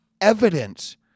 evidence